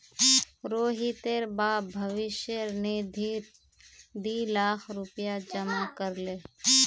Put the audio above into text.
रोहितेर बाप भविष्य निधित दी लाख रुपया जमा कर ले